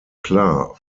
klar